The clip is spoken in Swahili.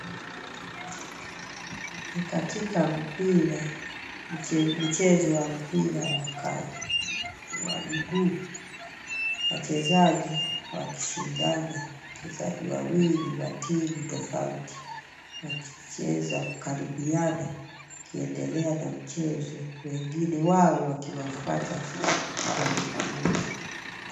Ni katika mchezo wa mpira wa miguu wachezaji wakishindana, wachezaji wawili wa timu tofauti wakicheza kukaribiana wakiendelea na mchezo wengine wao wakiwafuata kutoka nyuma.